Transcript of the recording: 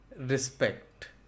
respect